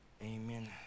Amen